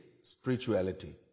spirituality